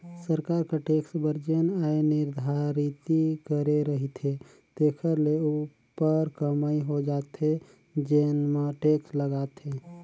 सरकार कर टेक्स बर जेन आय निरधारति करे रहिथे तेखर ले उप्पर कमई हो जाथे तेन म टेक्स लागथे